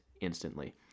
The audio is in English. instantly